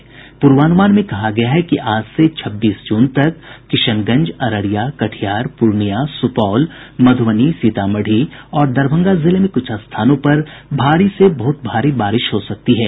जारी पूर्वानुमान में कहा गया है कि आज से छब्बीस जून तक किशनगंज अररिया कटिहार पूर्णियां सुपौल मधुबनी सीतामढ़ी और दरभंगा जिले के कुछ स्थानों पर भारी से बहुत भारी बारिश हो सकती है